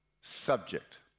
subject